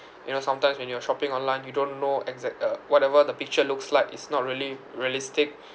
you know sometimes when you're shopping online you don't know exact uh whatever the picture looks like it's not really realistic